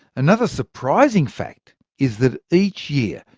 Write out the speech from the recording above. another surprising fact is that each year,